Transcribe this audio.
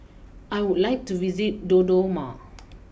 I would like to visit Dodoma